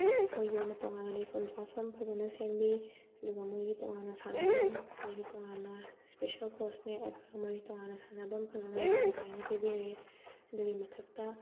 ꯃꯣꯏꯒꯤ ꯑꯣꯏꯅ ꯇꯣꯉꯥꯟꯅ ꯂꯩꯐꯝ ꯆꯥꯐꯝ ꯐꯖꯅ ꯁꯦꯝꯕꯤ ꯑꯗꯨꯒ ꯃꯣꯏꯒꯤ ꯇꯣꯉꯥꯟꯅ ꯁꯥꯟꯅꯐꯝ ꯃꯣꯏꯒꯤ ꯇꯣꯉꯥꯟꯅ ꯏꯁꯄꯦꯁꯦꯜ ꯀꯣꯆ ꯅꯦꯛꯑꯒ ꯃꯣꯏ ꯇꯣꯉꯥꯟꯅ ꯁꯥꯟꯅꯐꯝ ꯐꯖꯅ ꯃꯔꯥꯡ ꯀꯥꯏꯅ ꯄꯤꯕꯤꯔꯦ ꯑꯗꯨꯒꯤ ꯃꯊꯛꯇ